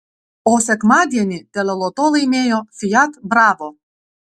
o sekmadienį teleloto laimėjo fiat bravo